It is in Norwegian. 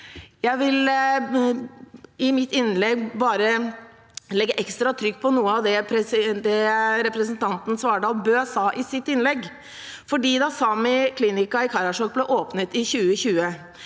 Jeg vil i mitt innlegg bare legge ekstra trykk på noe av det representanten Svardal Bøe sa i sitt innlegg. Da Sámi klinihkka i Karasjok ble åpnet i 2020,